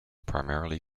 primarily